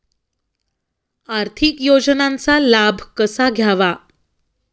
आर्थिक योजनांचा लाभ कसा घ्यावा?